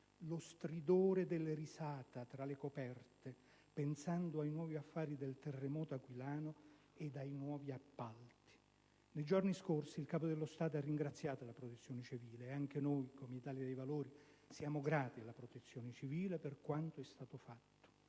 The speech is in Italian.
lo stridore delle risate tra le coperte pensando ai nuovi affari del terremoto aquilano ed ai nuovi appalti. Nei giorni scorsi il Capo dello Stato ha ringraziato la Protezione civile e anche noi dell'Italia dei Valori siamo grati alla Protezione civile per quanto è stato fatto,